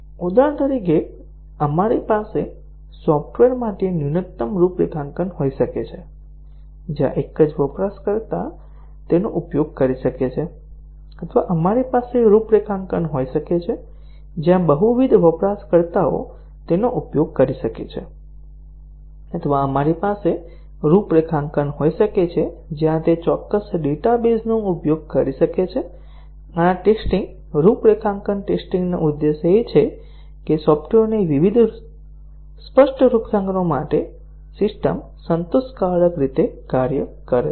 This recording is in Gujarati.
ઉદાહરણ તરીકે આપણી પાસે સોફ્ટવેર માટે ન્યૂનતમ રૂપરેખાંકન હોઈ શકે છે જ્યાં એક જ વપરાશકર્તા તેનો ઉપયોગ કરી શકે છે અથવા આપણી પાસે રૂપરેખાંકન હોઈ શકે છે જ્યાં બહુવિધ વપરાશકર્તાઓ તેનો ઉપયોગ કરી શકે છે અથવા આપણી પાસે રૂપરેખાંકન હોઈ શકે છે જ્યાં તે ચોક્કસ ડેટાબેઝનો ઉપયોગ કરી શકે છે અને આ ટેસ્ટીંગ રૂપરેખાંકન ટેસ્ટીંગ નો ઉદ્દેશ એ છે કે સોફ્ટવેરની વિવિધ સ્પષ્ટ રૂપરેખાંકનો માટે સિસ્ટમ સંતોષકારક રીતે કાર્ય કરે છે